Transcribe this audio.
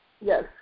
Yes